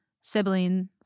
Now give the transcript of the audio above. siblings